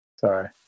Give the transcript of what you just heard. Sorry